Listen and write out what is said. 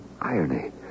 irony